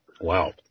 Wow